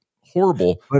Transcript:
horrible